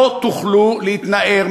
לא תוכלו להתנער,